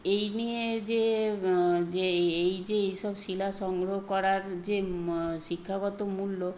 এই নিয়ে যে যে এ এই যে এই সব শিলা সংগ্রহ করার যে শিক্ষাগত মূল্য